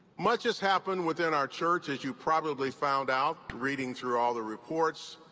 much has happened within our church as you probably found out reading through all the reports,